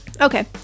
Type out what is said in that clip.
Okay